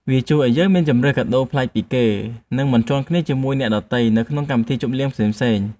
វាជួយឱ្យយើងមានជម្រើសកាដូដែលប្លែកគេ និងមិនជាន់គ្នាជាមួយអ្នកដទៃនៅក្នុងកម្មវិធីជប់លៀងផ្សេងៗ។